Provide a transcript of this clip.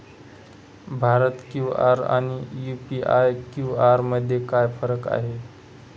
Bharat QR आणि UPI QR मध्ये काय फरक आहे?